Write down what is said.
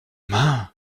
mains